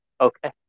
Okay